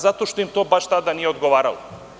Zato što je to tada, baš tada nije odgovaralo.